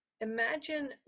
Imagine